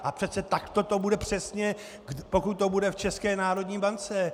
A přece takto to bude přesně, pokud to bude v České národní bance.